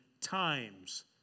times